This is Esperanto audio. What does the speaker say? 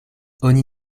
oni